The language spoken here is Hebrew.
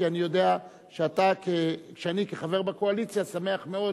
כי אני יודע שאני כחבר בקואליציה שמח מאוד